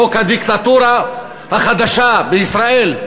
חוק הדיקטטורה החדשה בישראל.